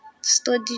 study